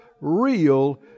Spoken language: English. real